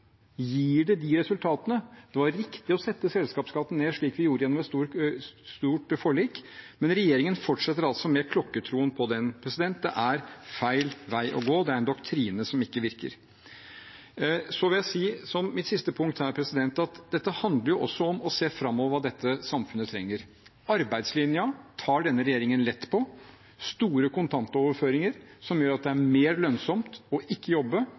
Gir det de resultatene? Det var riktig å sette selskapsskatten ned, slik vi gjorde gjennom et stort forlik, men regjeringen fortsetter altså med klokkertro på den. Det er feil vei å gå, det er en doktrine som ikke virker. Så vil jeg si, som mitt siste punkt her, at dette også handler om å se hva dette samfunnet trenger framover. Arbeidslinjen tar denne regjeringen lett på. Store kontantoverføringer som gjør at det er mer lønnsomt ikke å jobbe,